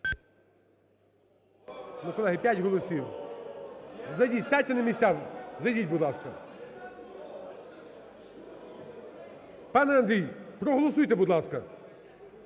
колеги, 5 голосів! Зайдіть, сядьте на місця, зайдіть, будь ласка. Пане Андрій, проголосуйте, будь ласка.